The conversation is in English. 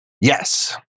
Yes